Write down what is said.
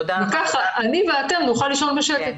וכך אני ואתם נוכל לישון בשקט.